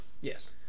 Yes